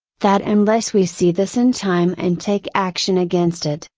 that unless we see this in time and take action against it,